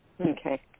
Okay